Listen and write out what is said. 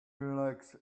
likes